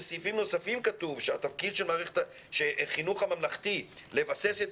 בסעיפים נוספים כתוב שחינוך ממלכתי לבסס את